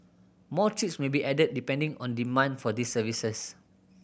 more trips may be added depending on demand for these services